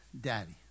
daddy